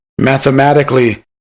Mathematically